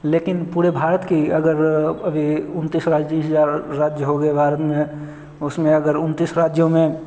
लेकिन पूरे भारत की अगर अभी उन्नीस या बीस राज्य हो गए भारत में उसमें अगर उन्नीस राज्यों में